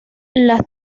las